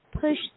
push